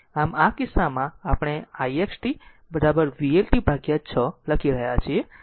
આમ આ કિસ્સામાં આપણે ix t vLt6 લખી રહ્યા છીએ